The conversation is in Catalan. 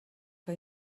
que